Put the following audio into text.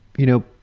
you know,